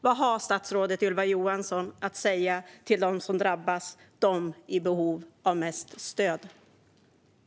Vad har statsrådet Ylva Johansson att säga till dem som är i behov av mest stöd och är de som drabbas?